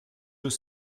deux